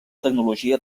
tecnologia